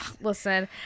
listen